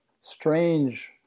strange